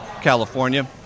California